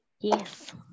Yes